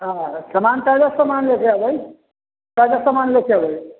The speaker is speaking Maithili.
हँ खेनायके तऽ सबटा सामान सब लयके ऐबै सारा सामान सब लयके ऐबै